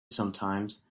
sometimes